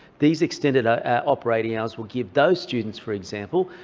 these extender operating hours will give those students, for example,